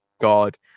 God